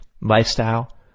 lifestyle